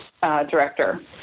director